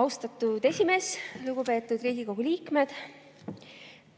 Austatud [ase]esimees! Lugupeetud Riigikogu liikmed!